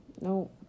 no